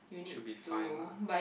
you should be fine lah